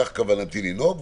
כך בכוונתי לנהוג.